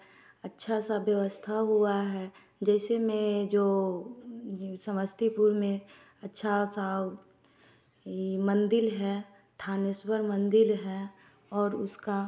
अच्छा सा व्यवस्था हुआ है जैसे में जो समस्तीपुर में अच्छा सा मंदिर है थानेश्वर मंदिर है और उसका